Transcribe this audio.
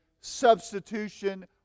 substitution